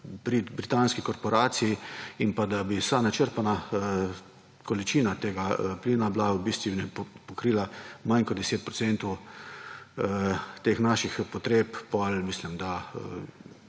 britanskih korporacij in pa da bi vsa načrpana količina tega plina bila v bistvu pokrila manj kot 10 % teh naših potreb, potem mislim, da